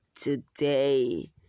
today